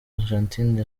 argentine